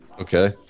Okay